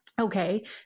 Okay